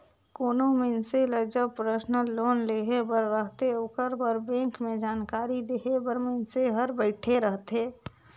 कोनो मइनसे ल जब परसनल लोन लेहे बर रहथे ओकर बर बेंक में जानकारी देहे बर मइनसे हर बइठे रहथे